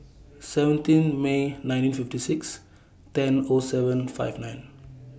seventeen May nineteen fifty six ten O seven five nine